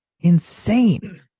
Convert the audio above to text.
insane